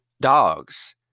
dogs